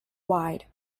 wide